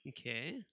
Okay